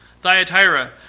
Thyatira